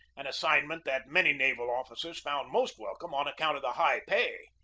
an assignment that many naval officers found most welcome on account of the high pay.